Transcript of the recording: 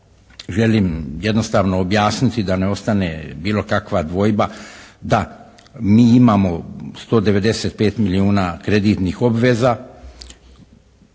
želim jednostavno objasniti da ne ostane bilo kakva dvojba da mi imamo 195 milijuna kreditnih obveza.